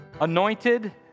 anointed